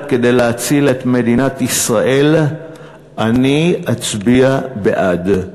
כדי להציל את מדינת ישראל אני אצביע בעד.